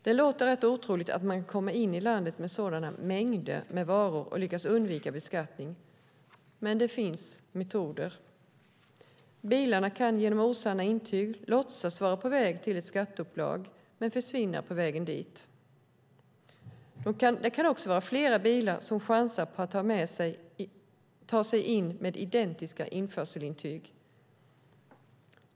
Det låter rätt otroligt att man kan komma in i landet med sådana mängder med varor och lyckas undvika beskattning. Men det finns metoder. Bilarna kan genom osanna intyg låtsas vara på väg till ett skatteupplag men försvinna på vägen dit. Det kan också vara flera bilar som chansar på att ta sig in med identiska införselintyg.